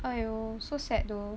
!aiyo! so sad though